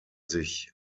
sich